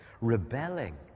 rebelling